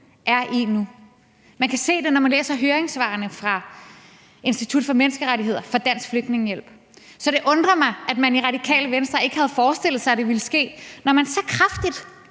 er i nu. Man kan se det, når man læser høringssvarene fra Institut for Menneskerettigheder og fra Dansk Flygtningehjælp. Så det undrer mig, at man i Radikale Venstre ikke havde forestillet sig, at det ville ske, når man så kraftigt